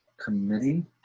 Committee